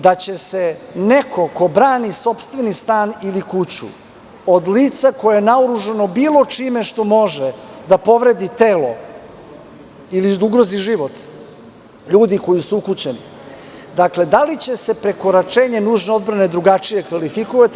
Da će se neko ko brani sopstveni stan ili kuću, od lica koje je naoružano bilo čime što može da povredi telo ili da ugrozi život ljudi koji su ukućani, dakle, da li će se prekoračenje nužne odbrane drugačije kvalifikovati?